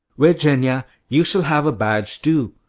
virginia, you shall have a badge, too.